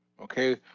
okay